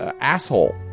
asshole